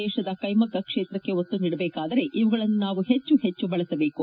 ದೇಶದ ಕೈಮಗ್ಗ ಕೈತ್ರಕ್ಷೆ ಒತ್ತು ನೀಡಬೇಕಾದರೆ ಇವುಗಳನ್ನು ನಾವು ಹೆಚ್ಚು ಹೆಚ್ಚು ಬಳಸಬೇಕು